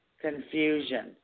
confusion